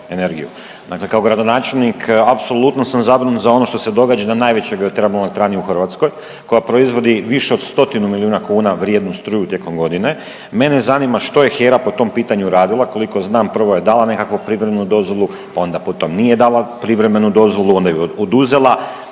kao gradonačelnik apsolutno sam zabrinut za ono što se događa na najvećoj geotermalnoj elektrani u Hrvatskoj koja proizvodi više od 100 milijuna kuna vrijednu struju tijekom godine, mene zanima što je HERA po tom pitanju radila? Koliko znam prvo je dala nekakvu privremenu dozvolu, pa onda po tom nije dala privremenu dozvolu, onda ju je oduzela,